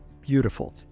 beautiful